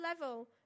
level